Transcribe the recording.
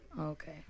Okay